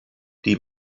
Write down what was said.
die